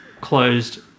closed